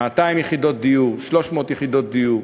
200 יחידות דיור, 300 יחידות דיור,